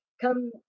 come